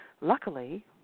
Luckily